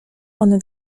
one